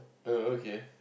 err okay